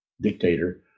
dictator